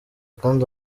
kandi